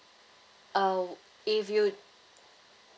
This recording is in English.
uh if you